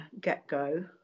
get-go